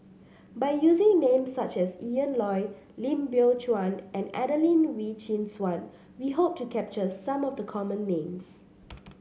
by using names such as Ian Loy Lim Biow Chuan and Adelene Wee Chin Suan we hope to capture some of the common names